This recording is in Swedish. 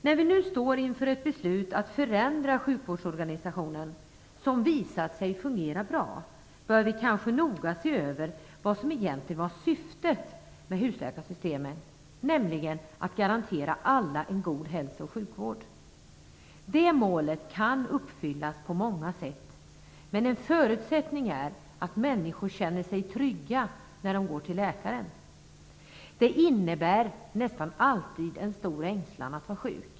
När vi nu står inför ett beslut att förändra en sjukvårdsorganisation som visat sig fungera bra bör vi noga se på vad som egentligen var syftet med husläkarsystemet, nämligen att garantera alla en god hälsooch sjukvård. Det målet kan uppfyllas på många sätt. Men en förutsättning är att människor känner sig trygga när de går till läkaren. Det innebär nästan alltid en stor ängslan att vara sjuk.